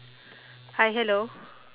hi hello